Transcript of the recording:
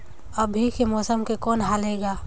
अभी के मौसम के कौन हाल हे ग?